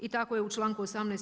I tako je u članku 18.